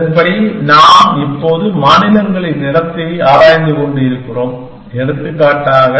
அதன்படி நாம் இப்போது மாநிலங்களின் இடத்தை ஆராய்ந்து கொண்டிருக்கிறோம் எடுத்துக்காட்டாக